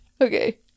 Okay